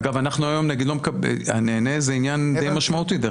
אגב, הנהנה זה עניין די משמעותי.